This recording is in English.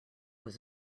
was